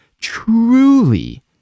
truly